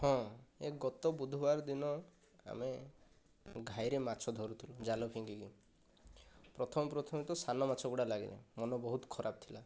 ହଁ ଏ ଗତ ବୁଧବାର ଦିନ ଆମେ ଘାଇରେ ମାଛ ଧରୁଥିଲୁ ଜାଲ ଫିଙ୍ଗିକି ପ୍ରଥମେ ପ୍ରଥମେ ତ ସାନ ମାଛ ଗୁଡ଼ା ଲାଗିଲା ମନ ବହୁତ ଖରାପ ଥିଲା